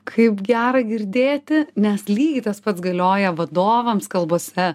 kaip gera girdėti nes lygiai tas pats galioja vadovams kalbose